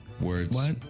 Words